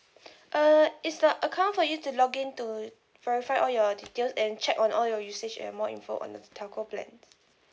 uh it's the account for you to login to verify all your details and check on all your usage and more info on the telco plans